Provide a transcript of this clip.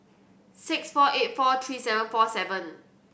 six four eight four three seven four seven